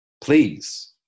Please